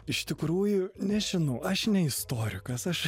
iš tikrųjų nežinau aš ne istorikas aš